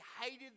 hated